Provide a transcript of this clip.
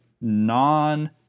non